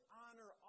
honor